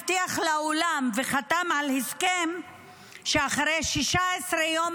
הבטיח לעולם וחתם על הסכם שאחרי 16 יום,